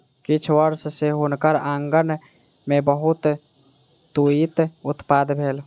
किछ वर्ष सॅ हुनकर आँगन में बहुत तूईत उत्पादन भेल